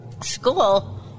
school